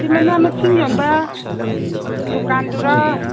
ꯁꯤ ꯃꯅꯥ ꯃꯁꯤꯡ ꯌꯣꯟꯕ ꯗꯨꯀꯥꯟꯗꯨꯔꯥ